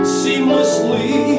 seamlessly